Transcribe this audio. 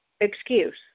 excuse